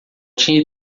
tinha